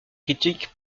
critiques